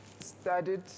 studied